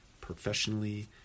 professionally